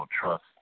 trust